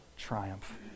triumph